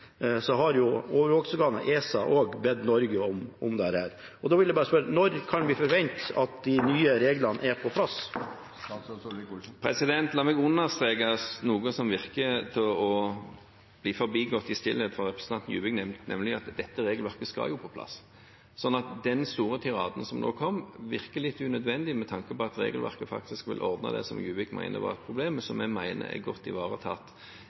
har også overvåkingsorganet ESA bedt Norge om dette. Da vil jeg spørre: Når kan vi forvente at de nye reglene er på plass? La meg understreke noe som virker å bli forbigått i stillhet. Representanten Juvik nevnte at dette regelverket skal på plass. Den store tiraden som nå kom, virker litt unødvendig med tanke på at regelverket faktisk vil ordne det som Juvik mener er et problem, men som jeg mener egentlig er godt ivaretatt